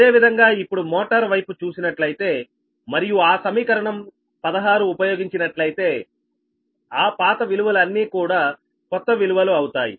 అదేవిధంగా ఇప్పుడు మోటార్ వైపు చూసినట్లయితే మరియు ఆ సమీకరణం 16 ఉపయోగించినట్లయితే ఆ పాత విలువలు అన్ని కూడా కొత్త విలువలు అవుతాయి